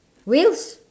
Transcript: Wales